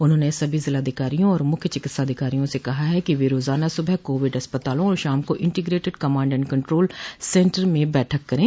उन्होंने सभी जिलाधिकारियों और मुख्य चिकित्साधिकारियों से कहा है कि वे रोज़ाना सुबह कोविड अस्पतालों और शाम को integrated command and control centre में बैठक करें